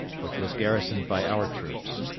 which was garrisoned by our troops.